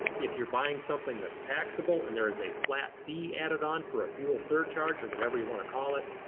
if you're buying something that's taxable and there is a flat fee added on for a fuel surcharge or whatever you want to call it,